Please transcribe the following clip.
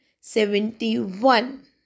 seventy-one